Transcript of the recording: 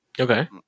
Okay